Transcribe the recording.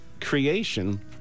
creation